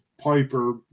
Piper